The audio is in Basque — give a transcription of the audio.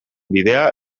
bidea